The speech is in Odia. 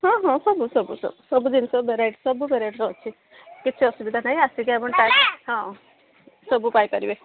ହଁ ହଁ ସବୁ ସବୁ ସବୁ ସବୁ ଜିନିଷ ଭେରାଇଟି ସବୁ ଭେରାଇଟିର ଅଛି କିଛି ଅସୁବିଧା ନାହିଁ ଆସିକି ଆପଣ ହଁ ସବୁ ପାଇପାରିବେ